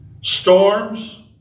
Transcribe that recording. storms